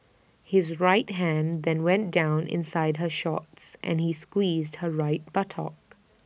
his right hand then went down inside her shorts and he squeezed her right buttock